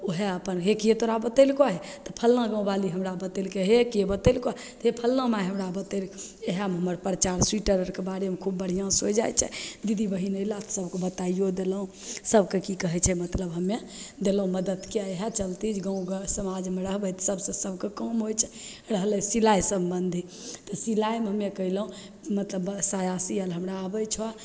ओहे अपन हे के तोरा बतेलकऽ हइ तऽ फल्लाँ गामवाली हमरा बतेलकै हे कि बतेलकऽ तऽ हे फल्लाँ माइ हमरा बतेलकै इहएमे हमर प्रचार सोइटर आरके बारेमे खूब बढ़िआँसे होइ जाइ छै दीदी बहिन अएला सभकेँ बताइओ देलहुँ सभकेँ कि कहै छै मतलब हमे देलहुँ मदतिके इएह चलिते जे गाम घर समाजमे रहबै तब तऽ सभकेँ काम होइ छै इएहले सिलाइ सम्बन्धी तऽ सिलाइमे हमे कएलहुँ मतलब बस साया सिएले हमरा आबै छऽ